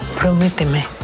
Prométeme